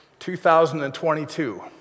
2022